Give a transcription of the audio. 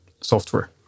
software